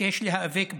שיש להיאבק בה.